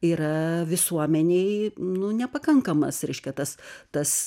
yra visuomenėj nu nepakankamas reiškia tas tas